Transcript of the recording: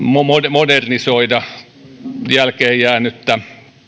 modernisoida jälkeenjäänyttä